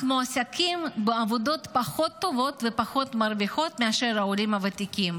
אך מועסקים בעבודות פחות טובות ופחות רווחיות מאשר העולים הוותיקים.